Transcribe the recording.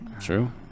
True